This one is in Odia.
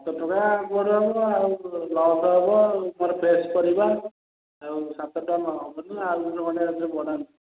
ସାତ ଟଙ୍କା କୁଆଡ଼ୁ ହେବ ଆଉ ଲସ୍ ହେବ ମୋର ଫ୍ରେସ୍ ପରିବା ଆଉ ସାତ ଟଙ୍କା କ'ଣ ହେବନି ଆଉ ଦୁଇ ଟଙ୍କା ଖଣ୍ଡେ ବଢ଼ାନ୍ତୁ